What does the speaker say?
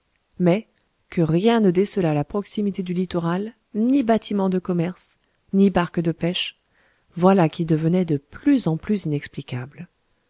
mais que rien ne décelât la proximité du littoral ni bâtiment de commerce ni barque de pêche voilà qui devenait de plus en plus inexplicable